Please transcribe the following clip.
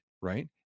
Right